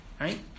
Right